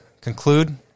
conclude